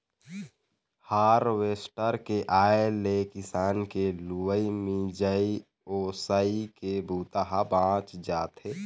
harvester के आए ले किसान के लुवई, मिंजई, ओसई के बूता ह बाँच जाथे